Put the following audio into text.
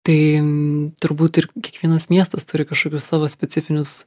tai turbūt ir kiekvienas miestas turi kažkokius savo specifinius